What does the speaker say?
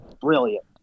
brilliant